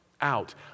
out